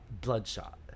Bloodshot